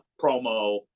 promo